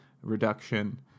reduction